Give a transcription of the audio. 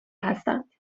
هستند